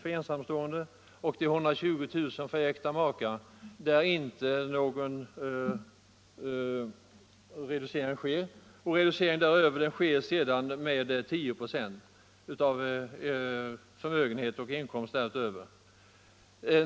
för ensamstående och till 120 000 för äkta makar. Reduceringen sker sedan med 10 96 av förmögenhet och inkomst därutöver.